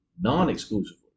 non-exclusively